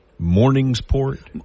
Morningsport